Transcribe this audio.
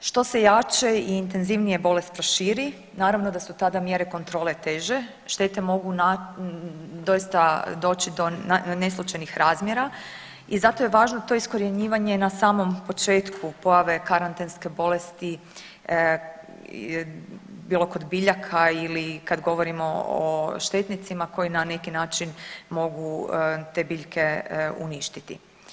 Što se jače i intenzivnije bolest proširi naravno da su tada mjere kontrole teže, štete mogu doista doći do … [[Govornik se ne razumije]] razmjera i zato je važno to iskorjenjivanje na samom početku pojave karantenske bolesti bilo kod biljaka ili kad govorimo o štetnicima koji na neki način mogu te biljke uništiti.